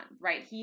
right